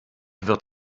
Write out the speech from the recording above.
wird